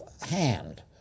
hand